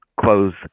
close